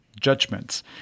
judgments